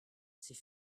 s’est